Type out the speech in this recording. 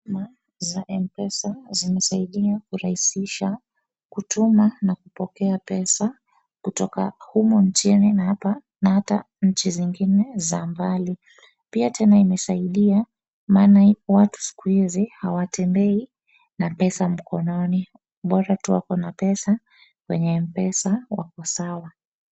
Ma za M-pesa zimesaidia kurahisisha kutuma na kupokea pesa kutoka humu nchini na ata nchi zingine za mbali, pia tena imesaidia maana watu siku izi hawatembei na pesa mkononi. Bora tu wako na pesa kwenye M-pesa wako sawa.